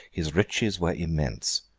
his riches were immense.